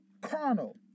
carnal